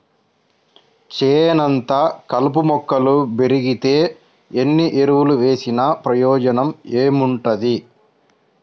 చేనంతా కలుపు మొక్కలు బెరిగితే ఎన్ని ఎరువులు వేసినా ప్రయోజనం ఏముంటది